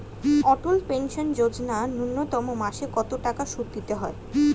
অটল pension Yojana ন্যূনতম মাসে কত টাকা সুধ দিতে হয়?